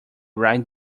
ride